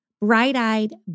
bright-eyed